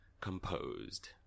composed